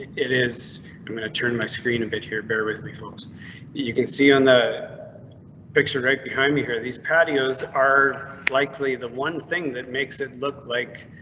is going to turn my screen a bit here. bear with me folks you can see on the picture right behind me here. these patios are likely the one thing that makes it look like.